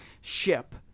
ship